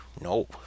No